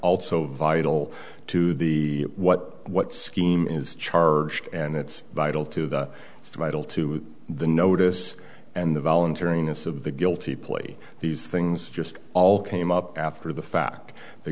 also vital to the what what scheme is charged and it's vital to the title to the notice and the voluntariness of the guilty plea these things just all came up after the fact the